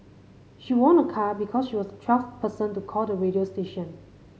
she won a car because she was twelfth person to call the radio station